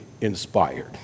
inspired